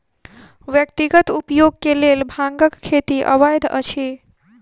व्यक्तिगत उपयोग के लेल भांगक खेती अवैध अछि